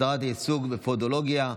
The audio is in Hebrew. הסדרת העיסוק בפודולוגיה),